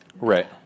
right